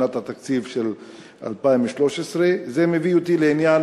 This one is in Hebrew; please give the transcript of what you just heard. בשנת התקציב 2013. זה מביא אותי לעניין